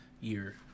year